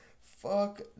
Fuck